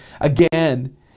again